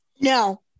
No